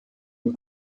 und